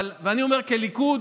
כליכוד